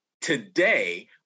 today